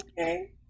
Okay